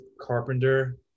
Carpenter